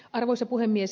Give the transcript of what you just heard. arvoisa puhemies